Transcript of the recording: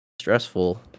Stressful